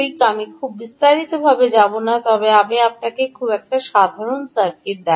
আমি খুব বিস্তারিতভাবে যাব না তবে আমি আপনাকে একটি খুব সাধারণ সার্কিট দেখাব